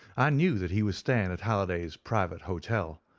i knew that he was staying at halliday's private hotel,